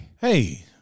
Hey